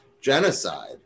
genocide